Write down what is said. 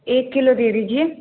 एक किलो दे दीजिए